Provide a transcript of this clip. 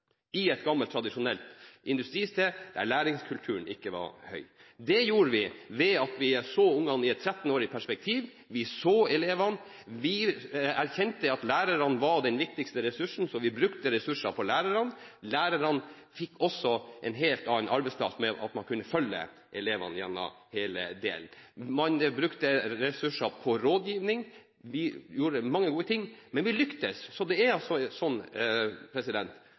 er et gammelt, tradisjonelt industristed, der læringskulturen ikke var god. Det gjorde vi ved å se barna i et perspektiv på 13 år. Vi så elevene. Vi erkjente at lærerne var den viktigste ressursen, vi brukte ressursene på lærerne. Lærerne fikk også en helt annen arbeidsplass, ved at man kunne følge elevene hele veien. Man brukte ressurser på rådgivning. Vi gjorde mange gode ting, og vi lyktes. Så jeg kan ta med representanten Holmelid land og strand rundt og vise til gode kompetanseprosjekt og skoleresultater. Det